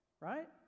right